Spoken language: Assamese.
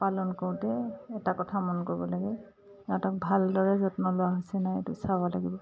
পালন কৰোঁতে এটা কথা মন কৰিব লাগে তাহাঁতক ভালদৰে যত্ন লোৱা হৈছে নাই এইটো চাব লাগিব